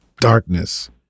Darkness